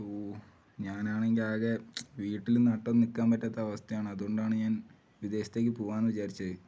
അപ്പോൾ ഞാൻ ആണെങ്കിൽ ആകെ വീട്ടിലും നാട്ടിലും ഒന്നും നിൽക്കാൻ പറ്റാത്ത അവസ്ഥയാണ് അതുകൊണ്ടാണ് ഞാൻ വിദേശത്തേക്ക് പോകാമെന്ന് വിചാരിച്ചത്